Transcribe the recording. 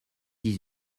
dix